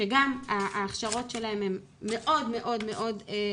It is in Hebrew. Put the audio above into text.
שגם ההכשרות שלהם הן מאוד מאוד דלות